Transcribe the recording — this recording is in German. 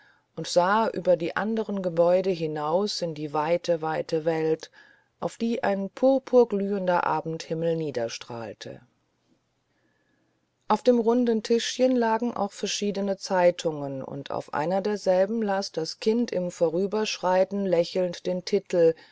und sah über die anderen gebäude hinaus in die weite weite welt auf die ein purpurglühender abendhimmel niederstrahlte auf dem runden tischchen lagen auch verschiedene zeitungen und auf einer derselben las das kind im vorüberschreiten lächelnd den titel